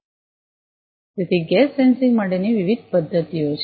તેથી gas sensing માટેની વિવિધ પદ્ધતિઓ છે